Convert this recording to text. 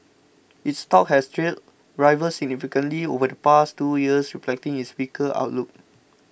its stock has trailed rivals significantly over the past two years reflecting its weaker outlook